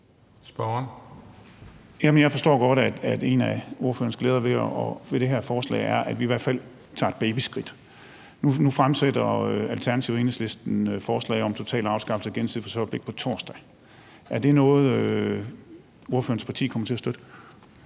jeg forstår godt, at en af ordførerens glæder ved det her forslag er, at vi i hvert fald tager et babyskridt. Nu fremsætter Alternativet og Enhedslisten et forslag om total afskaffelse af gensidig forsørgerpligt på torsdag. Er det noget, ordførerens parti kommer til at støtte?